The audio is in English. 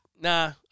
Nah